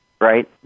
Right